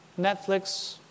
Netflix